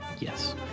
Yes